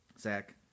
Zach